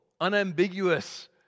unambiguous